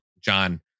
John